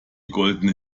goldene